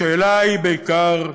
השאלה היא בעיקר: